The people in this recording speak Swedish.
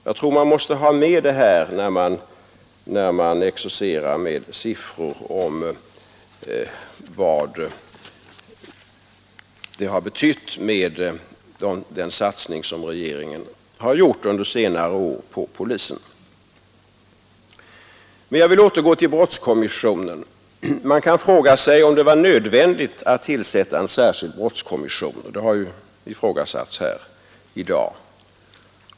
Jag tror att man måste ha med det här när man exercerar med siffror om vad det har betytt med den satsning på polisen som regeringen har gjort under senare år. Jag vill återgå till brottskommissionen. Man kan fråga sig om det var nödvändigt att tillsätta en särskild brottskommission; det har ju ifrågasatts här i dag.